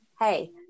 hey